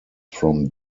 from